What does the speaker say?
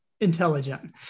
intelligent